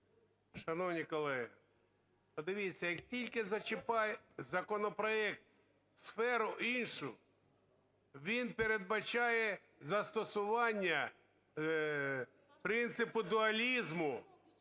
Шановні колеги, подивіться, як тільки зачіпає законопроект сферу іншу, він передбачає застосування принципу дуалізму